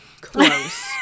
close